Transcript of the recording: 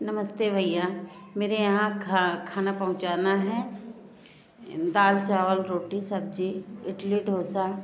नमस्ते भैया मेरे यहाँ खा खाना पहुंचना है दाल चावल रोटी सब्ज़ी इडली डोसा